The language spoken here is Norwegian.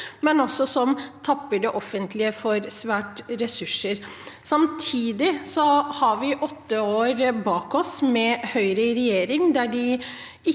som også tapper det offentlige for svære ressurser. Samtidig har vi åtte år bak oss med Høyre i regjering,